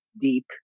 deep